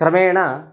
क्रमेण